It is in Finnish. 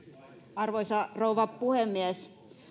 arvoisa rouva puhemies